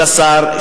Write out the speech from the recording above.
כבוד השר,